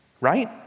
right